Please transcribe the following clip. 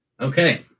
Okay